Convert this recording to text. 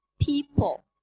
people